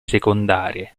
secondarie